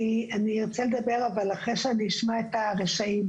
אני ארצה לדבר, אבל אחרי שאני אשמע את הרשעים.